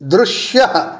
दृश्यः